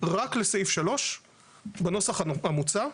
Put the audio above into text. רק לסעיף 3 בנוסח המוצע.